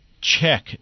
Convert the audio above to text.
check